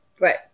right